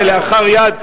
כלאחר יד,